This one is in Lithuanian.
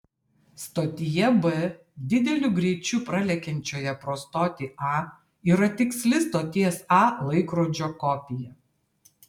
stotyje b dideliu greičiu pralekiančioje pro stotį a yra tiksli stoties a laikrodžio kopija